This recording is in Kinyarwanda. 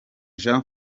jean